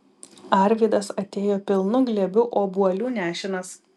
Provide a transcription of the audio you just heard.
arvydas atėjo pilnu glėbiu obuolių nešinas